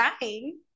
dying